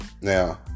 now